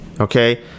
okay